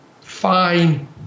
fine